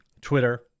Twitter